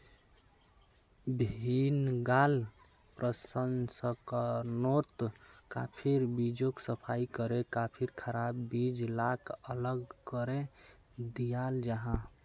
भीन्गाल प्रशंस्कर्नोत काफिर बीजोक सफाई करे काफिर खराब बीज लाक अलग करे दियाल जाहा